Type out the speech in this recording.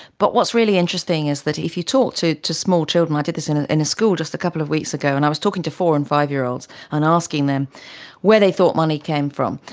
but what's really interesting is that if you talk to to small children, i did this in ah in a school just a couple of weeks ago and i was talking to four and five-year-olds and asking them where they thought money came from.